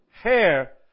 hair